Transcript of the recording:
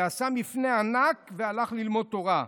עשה מפנה ענק והלך ללמוד תורה.